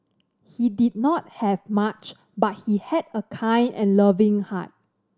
he did not have much but he had a kind and loving heart